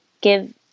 give